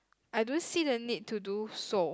I don't see the need to do so